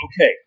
Okay